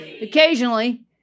occasionally